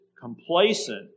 complacent